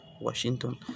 Washington